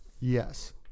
Yes